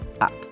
up